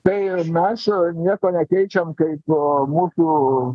tai mes nieko nekeičiam kaip mūsų